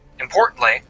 importantly